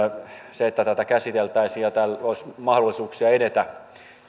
sitä että tätä käsiteltäisiin ja tällä olisi mahdollisuuksia edetä